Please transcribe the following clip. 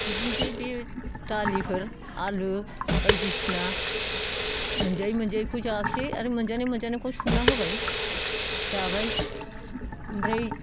बिदिनोसै बे दालिफोर आलु बायदिसिना मोनजायै मोनजायैखौ जायासै आरो मोनजानाय मोनजानायफोरखौ संना होबाय जाबाय ओमफ्राय